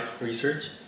research